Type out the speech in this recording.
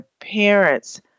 parents